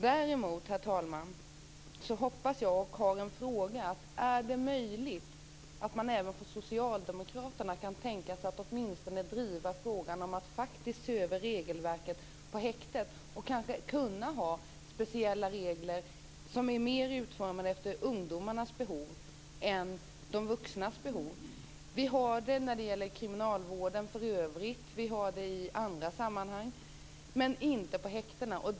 Däremot undrar jag om det är möjligt att man även från socialdemokraterna kan tänka sig att åtminstone driva frågan om att faktiskt se över regelverket vad gäller häktet. Det är vad jag hoppas på. Kanske kan man ha speciella regler som är utformade mer efter ungdomarnas behov än efter de vuxnas behov. Det har vi när det gäller kriminalvården i övrigt och även i andra sammanhang men alltså inte vad gäller häktena.